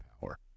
power